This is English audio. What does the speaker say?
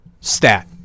stat